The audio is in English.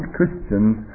Christians